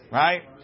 right